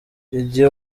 igihe